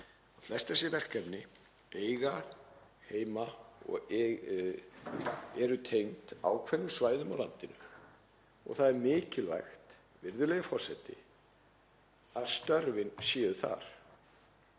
flest þessi verkefni eiga heima og eru tengd ákveðnum svæðum á landinu og það er mikilvægt að störfin séu þar.